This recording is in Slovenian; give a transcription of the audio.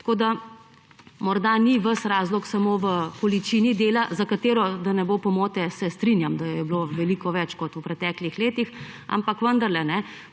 tako da morda ni ves razlog samo v količini dela, za katero, da ne bo pomote, se strinjam, da jo je bilo veliko več kot v preteklih letih, ampak vendarle po